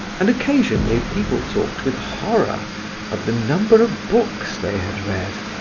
and occasionally people talked with horror of the number of books they had read.